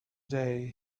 day